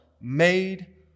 made